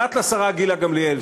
פרט לשרה גילה גמליאל,